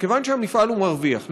שכיוון שהמפעל הוא מרוויח,